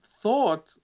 thought